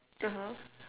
(uh huh)